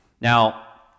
Now